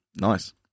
nice